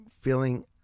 feeling